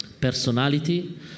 personality